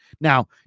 Now